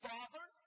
Father